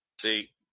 See